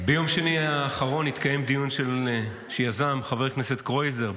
ביום שני האחרון התקיים בוועדת החוקה דיון שיזם חבר הכנסת קרויזר,